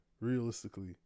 Realistically